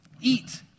Eat